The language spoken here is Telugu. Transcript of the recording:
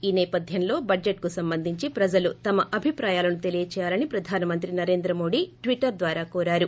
ఈ నేపధ్యంలో బడ్లెట్ కు సంబంధించి ప్రజలు తమ అభిప్రాయాలను తెలియజేయాలని ప్రధానమంత్రి నరెంద్రమోదీ ట్విటర్ ద్వారా కోరారు